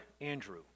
Andrew